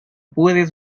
puedes